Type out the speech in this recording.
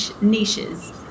niches